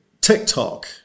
TikTok